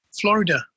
Florida